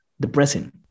depressing